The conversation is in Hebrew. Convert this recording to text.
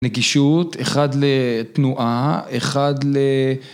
נגישות, אחד לתנועה, אחד ל...